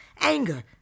anger